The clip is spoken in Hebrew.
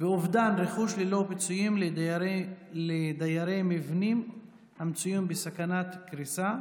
ואובדן רכוש ללא פיצויים לדיירי מבנים המצויים בסכנת קריסה.